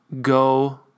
go